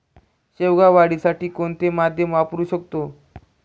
शेवगा वाढीसाठी कोणते माध्यम वापरु शकतो?